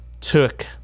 took